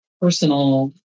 personal